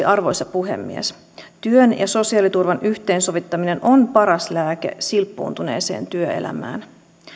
arvoisa puhemies lopuksi työn ja sosiaaliturvan yhteensovittaminen on paras lääke silppuuntuneeseen työelämään